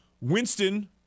Winston